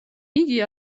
იგი